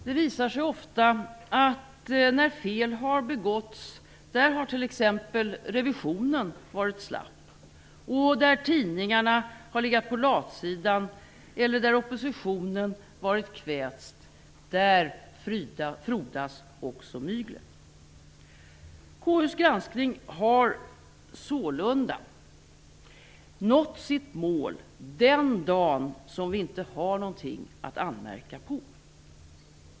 Det visar sig ofta att när fel har begåtts är det t.ex. revisionen som har varit slapp. När tidningarna har legat på latsidan eller när oppositionen har varit kväst frodas också myglet. KU:s granskning har sålunda nått sitt mål den dag som vi inte har någonting att anmärka på.